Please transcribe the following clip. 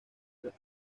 hasta